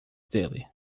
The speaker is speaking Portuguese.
dele